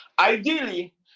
ideally